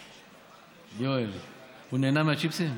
יואל, הוא נהנה מהצ'יפסים?